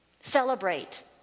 Celebrate